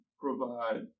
provide